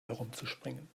herumzuspringen